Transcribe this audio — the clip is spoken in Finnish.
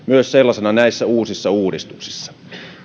sellaisena myös näissä uusissa uudistuksissa